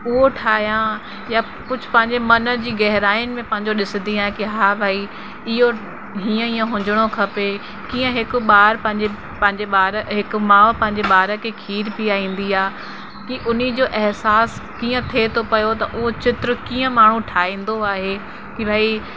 उहो ठाहियां या कुझु पंहिंजे मन जी गहराइयुनि में पंहिंजो ॾिसंदी आहियां कि हा भई इहो हीअं हीअं हुजिणो खपे कीअं हिक ॿार पंहिंजे पंहिंजे ॿार हिक माउ पंहिंजे ॿार खे खीर पीआरींदी आहे कि हुनजो एहेसास कीअं थिए थो पियो त उहो चित्र कीअं माण्हू ठाहींदो आहे कि भई